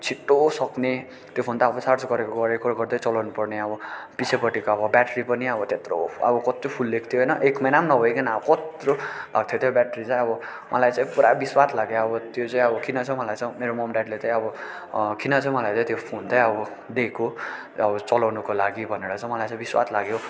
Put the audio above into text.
छिट्टो सक्ने त्यो फोन त अब चार्ज गरेको गरेको गर्दै चलाउनु पर्ने अब पछीपट्टिको अब ब्याट्री पनि अब त्यत्रो अब कत्रो फुलिएको थियो होइन एक महिना पनि नभइकन अब कत्रो थियो त्यो ब्याट्री चाहिँ अब मलाई चाहिँ पुरा बिस्वाद लाग्यो अब त्यो चाहिँ अब किन चाहिँ मलाई चाहिँ मेरो मम ड्याडले चाहिँ अब किन चाहिँ मलाई चाहिँ त्यो फोन चाहिँ अब दिएको अब चलाउनुको लागि भनेर चाहिँ मलाई चाहिँ बिस्वाद लाग्यो